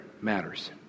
matters